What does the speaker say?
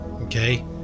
okay